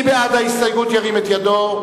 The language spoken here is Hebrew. מי בעד ההסתייגות, ירים את ידו.